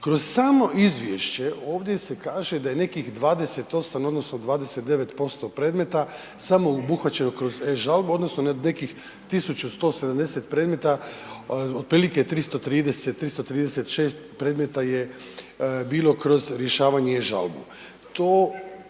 Kroz samo izvješće ovdje se kaže da je nekih 28 odnosno 29% predmeta samo obuhvaćeno kroz e-žalbu odnosno od nekih 1170 predmeta otprilike 330, 336 predmeta je bilo kroz rješavanje e-žalbu,